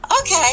Okay